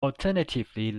alternatively